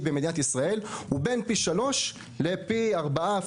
בישראל הוא בין פי שלושה לפי ארבעה,